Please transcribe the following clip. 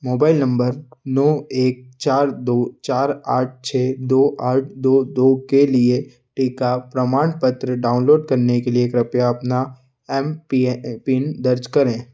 mobile number नौ एक चार दो चार आठ छः दो आठ दो दो के लिए टीका प्रमाणपत्र डाउनलोड करने के लिए कृपया अपना एम पिन दर्ज करें